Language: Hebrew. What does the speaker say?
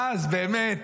ואז, באמת